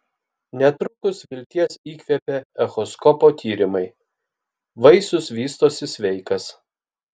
netrukus vilties įkvėpė echoskopo tyrimai vaisius vystosi sveikas